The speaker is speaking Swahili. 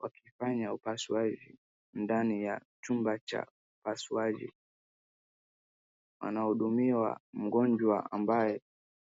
wakifanya upasuaji ndani ya chumba cha upasuaji, wanahudumia mgonjwa ambaye.